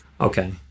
Okay